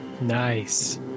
nice